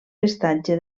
estatge